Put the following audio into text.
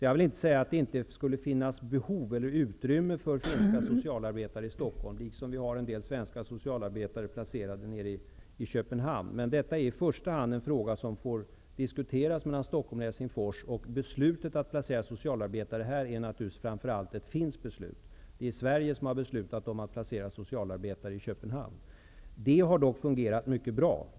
Jag vill inte säga att det inte finns behov av eller utrymme för finska socialarbetare i Stockholm, på samma sätt som de svenska socialarbetare som är placerade i Köpenhamn. Detta är i första hand en fråga som får diskuteras mellan Stockholm och Helsingfors, och beslutet att placera socialarbetare här måste naturligtvis framför allt vara finskt beslut. Det är vi i Sverige som har beslutat att placera socialarbetare i Köpenhamn, och det har fungerat mycket bra.